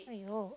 !aiyo!